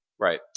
right